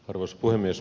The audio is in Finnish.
arvoisa puhemies